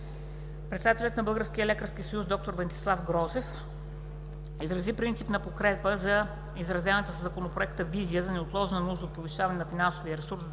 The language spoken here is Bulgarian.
Председателят на Българския лекарски съюз д-р Венцислав Грозев изрази принципна подкрепа за изразената със Законопроекта визия за неотложна нужда от повишаване на финансовия ресурс